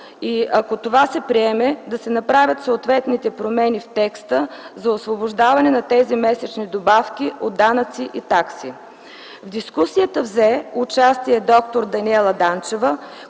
и ако това се приеме, да се направят съответните промени в текста за освобождаване на тези месечни добавки от данъци и такси. В дискусията взе участие и д-р Даниела Данчева,